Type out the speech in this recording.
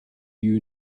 you